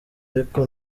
ariko